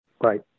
Right